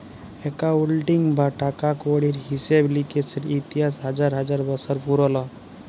accounting বা টাকা কড়ির হিসেব লিকেসের ইতিহাস হাজার হাজার বসর পুরল